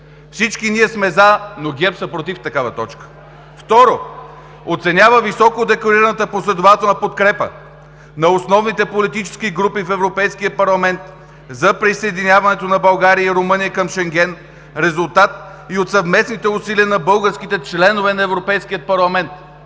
Всички ние сме за, но ГЕРБ са против такава точка. (Шум и реплики.) „- второ, оценява високо декларираната последователна подкрепа на основните политически групи в Европейския парламент за присъединяването на България и Румъния към Шенген, резултат и от съвместните усилия на българските членове на Европейския парламент“.